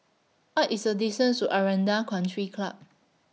What IS The distance to Aranda Country Club